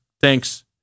thanks